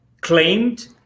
claimed